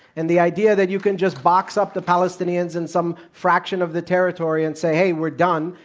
and the idea that you can just box up the palestinians in some fraction of the territory and say, hey, we're done,